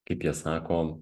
kaip jie sako